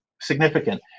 significant